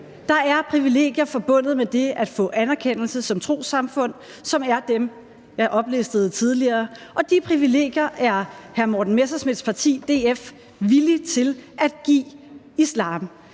Der er privilegier forbundet med det at få anerkendelse som trossamfund, som er dem, jeg oplistede tidligere, og de privilegier er hr. Morten Messerschmidts parti, DF, villig til at give islam